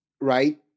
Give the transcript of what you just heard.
right